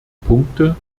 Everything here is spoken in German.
punkten